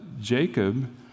Jacob